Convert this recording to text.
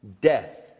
death